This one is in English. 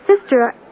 sister